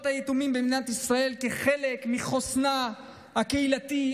היתומים במדינת ישראל כחלק מחוסנה הקהילתי,